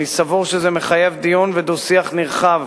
אני סבור שזה מחייב דיון ודו-שיח נרחב